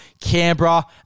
Canberra